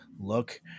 look